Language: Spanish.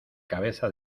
cabeza